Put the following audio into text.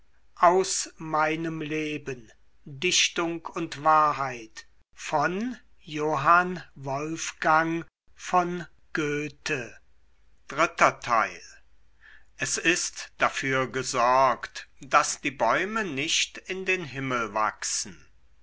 es ist dafür gesorgt daß die bäume nicht in den himmel wachsen